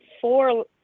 four